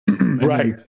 right